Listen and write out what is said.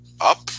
up